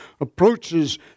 approaches